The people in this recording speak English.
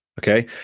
Okay